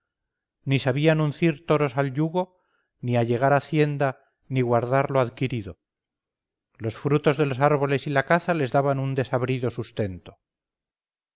ni sabían uncir toros al yugo ni allegar hacienda ni guardar lo adquirido los frutos de los árboles y la caza les daban un desabrido sustento